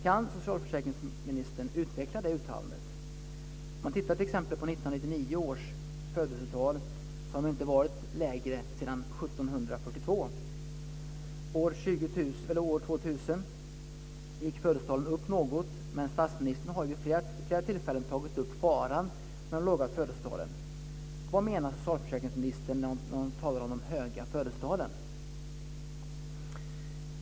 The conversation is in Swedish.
Kan socialförsäkringsministern utveckla det uttalandet? Tittar man på 1999 års födelsetal kan man se att de inte varit lägre sedan 1742. År 2000 gick födelsetalen upp något, men statsministern har vid flera tillfällen tagit upp faran med de låga födelsetalen. Vad menar socialförsäkringsministern när hon talar om de höga födelsetalen?